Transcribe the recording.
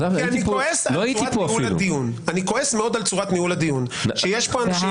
אני כועס על צורת ניהול הדיון כי יש פה אנשים